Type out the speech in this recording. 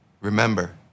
Remember